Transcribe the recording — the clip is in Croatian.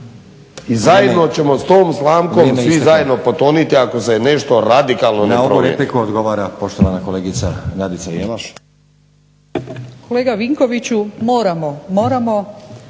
i zajedno ćemo s tom slamkom svi zajedno potoniti ako se nešto radikalno ne promijeni.